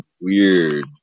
weird